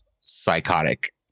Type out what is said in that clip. psychotic